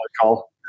call